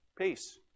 Peace